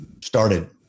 started